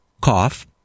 cough